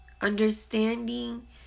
understanding